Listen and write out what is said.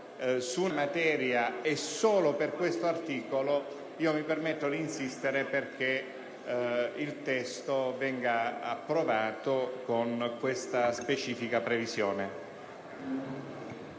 su una materia e solo per questo articolo, mi permetto di insistere perché il testo venga approvato con questa specifica previsione.